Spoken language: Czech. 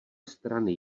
strany